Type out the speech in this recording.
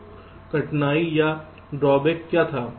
तो कठिनाई या ड्रॉबैक क्या था